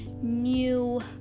new